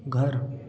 घर